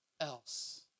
else